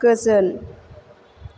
गोजोन